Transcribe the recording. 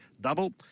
double